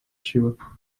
shiva